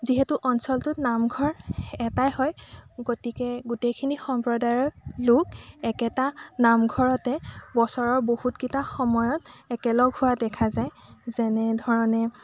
যিহেতু অঞ্চলটোত নামঘৰ এটাই হয় গতিকে গোটেইখিনি সম্প্ৰদায়ৰ লোক একেটা নামঘৰতে বছৰৰ বহুতকেইটা সময়ত একলগ হোৱা দেখা যায় যেনে ধৰণে